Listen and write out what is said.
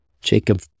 Jacob